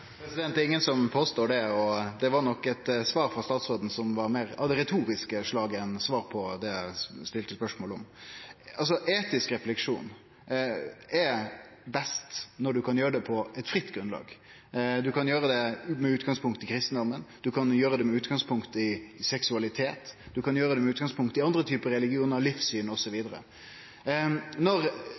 vært. Det er ingen som påstår det, og svaret frå statsråden var nok meir av det retoriske slaget enn svar på det eg stilte spørsmål om. Etisk refleksjon er best når du kan gjere det på eit fritt grunnlag. Du kan gjere det med utgangspunkt i kristendommen, du kan gjere det med utgangspunkt i seksualitet, du kan gjere det med utgangspunkt i andre typar religionar, livssyn osv. Når